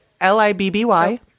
L-I-B-B-Y